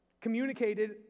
communicated